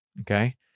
okay